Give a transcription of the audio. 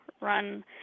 run